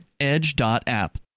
edge.app